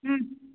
हम्म